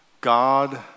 God